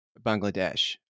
Bangladesh